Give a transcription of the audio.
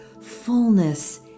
fullness